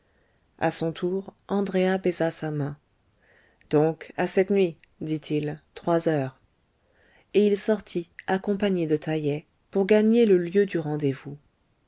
a son tour andréa baisa sa main donc à cette nuit dit-il trois heures et il sortit accompagné de taïeh pour gagner le lieu du rendez-vous